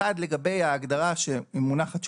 אחד לגבי ההגדרה שמונחת,